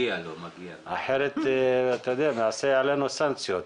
אחרת תעשה עלינו סנקציות.